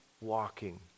walking